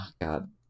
god